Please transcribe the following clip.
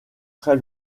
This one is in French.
très